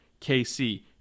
KC